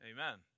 Amen